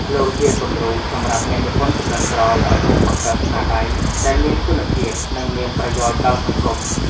លោកជាគំរូសម្រាប់អ្នកនិពន្ធជំនាន់ក្រោយឲ្យចេះបង្កើតស្នាដៃដែលមានគុណភាព និងមានប្រយោជន៍ដល់សង្គម។